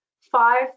five